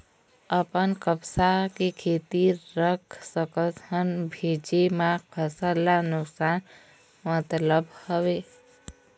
अपन कपास के खेती रख सकत हन भेजे मा फसल ला नुकसान मतलब हावे?